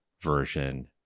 version